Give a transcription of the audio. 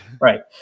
Right